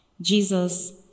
Jesus